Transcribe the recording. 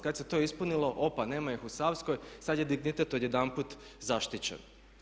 Kada se to ispunilo, opa nema ih u Savskoj, sada je dignitet odjedanput zaštićen.